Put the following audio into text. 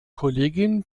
kollegin